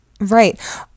right